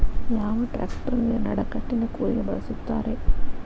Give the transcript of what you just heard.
ಯಾವ ಟ್ರ್ಯಾಕ್ಟರಗೆ ನಡಕಟ್ಟಿನ ಕೂರಿಗೆ ಬಳಸುತ್ತಾರೆ?